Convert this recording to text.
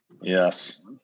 Yes